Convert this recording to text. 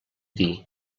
dir